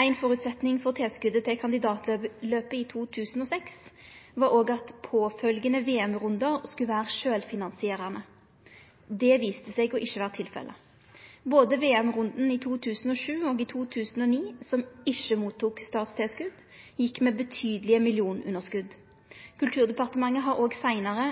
Ein føresetnad for tilskotet til kandidatløpet i 2006 var at påfølgjande VM-rundar skulle vere sjølvfinansierande. Det viste seg ikkje å vere tilfellet. Både VM-runden i 2007 og runden i 2009, som ikkje fekk statstilskot, gjekk med betydelege underskot i millionklassen. Kulturdepartement har òg seinare